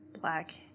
black